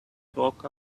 talk